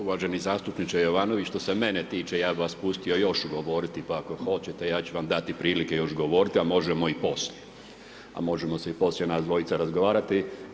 Uvaženi zastupniče Jovanović što se mene tiče ja bih vas pustio još govoriti, pa ako hoćete ja ću vam dati prilike još govoriti, a možemo i poslije, a možemo se i poslije nas dvojica razgovarati.